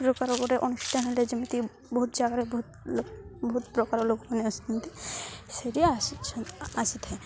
ପ୍ରକାର ଗୋଟେ ଅନୁଷ୍ଠାନ ଟେ ଯେମିତି ବହୁତ ଜାଗାରେ ବହୁତ ବହୁତ ପ୍ରକାର ଲୋକମାନେ ଆସନ୍ତି ସେଇଠି ଆସିଥାଏ